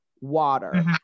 water